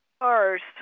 First